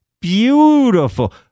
Beautiful